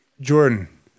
Jordan